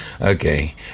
Okay